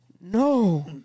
no